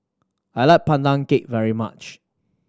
I like Pandan Cake very much